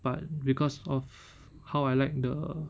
but because of how I like the